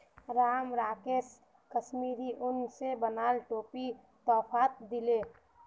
राम राकेशक कश्मीरी उन स बनाल टोपी तोहफात दीले